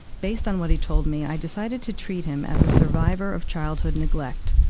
based on what he told me, i decided to treat him as a survivor of childhood neglect,